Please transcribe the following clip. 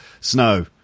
snow